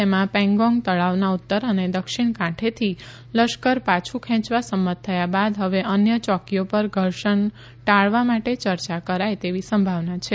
તેમાં પેંગોંગ તળાવના ઉત્તર અને દક્ષિણ કાંઠેથી લશ્કર પાછું ખેંચવા સંમત થયા બાદ હવે અન્ય ચોકીઓ પર ઘર્ષણ ટાળવા માટે ચર્યા કરે તેવી સંભાવના છે